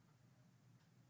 זה,